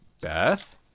Beth